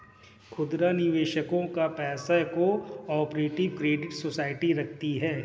खुदरा निवेशकों का पैसा को ऑपरेटिव क्रेडिट सोसाइटी रखती है